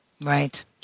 Right